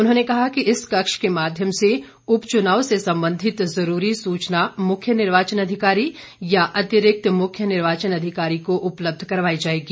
उन्होंने कहा कि इस कक्ष के माध्यम से उप चुनाव से संबंधित जरूरी सूचना मुख्य निर्वाचन अधिकारी या अतिरिक्त मुख्य निर्वाचन अधिकारी को उपलब्ध करवाई जाएगी